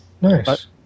Nice